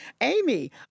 Amy